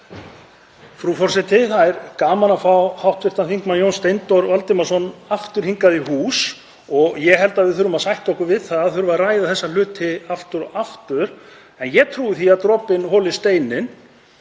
Það er gaman að fá hv. þm. Jón Steindór Valdimarsson aftur hingað í hús. Ég held að við þurfum að sætta okkur við að þurfa að ræða þessa hluti aftur og aftur en ég trúi því að dropinn holi steininn.